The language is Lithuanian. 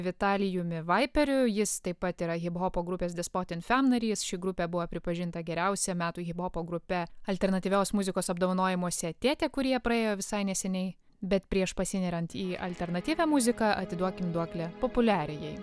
vitalijumi vaiperiu jis taip pat yra hiphopo grupės despotin fam narys ši grupė buvo pripažinta geriausia metų hiphopo grupe alternatyvios muzikos apdovanojimuose tėtė kurie praėjo visai neseniai bet prieš pasineriant į alternatyvią muziką atiduokime duoklę populiariajai